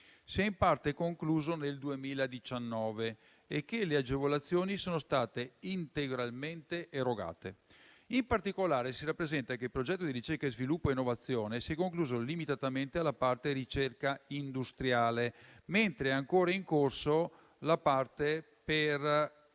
si è in parte concluso nel 2019 e che le agevolazioni sono state integralmente erogate. In particolare, si rappresenta che il progetto di ricerca, sviluppo e innovazione si è concluso limitatamente alla parte ricerca industriale, mentre è ancora in corso la parte per